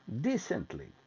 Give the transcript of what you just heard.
decently